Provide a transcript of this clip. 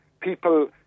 People